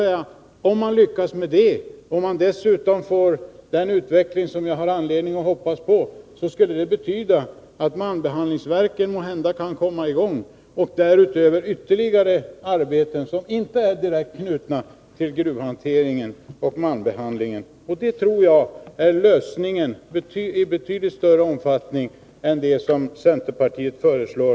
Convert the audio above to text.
Om man lyckas med det och om man dessutom får den utveckling som jag har anledning att hoppas på betyder det att malmbehandlingsverken måhända kan komma i gång och därutöver ytterligare arbeten som inte är direkt knutna till gruvhanteringen och malmbehandlingen. Och det tror jag är en betydligt bättre lösning än den ettårslösning som centerpartiet föreslår.